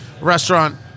restaurant